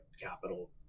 capital